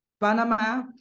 Panama